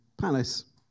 palace